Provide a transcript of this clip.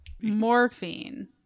morphine